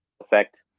Effect